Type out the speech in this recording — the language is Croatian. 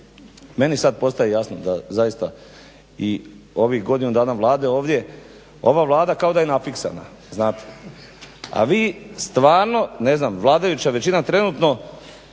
Meni sad postaje jasno da zaista i ovih godinu dana Vlade ovdje, ova Vlada kao da je nafiksana znate, a vi stvarno ne znam vladajuća većina trenutno,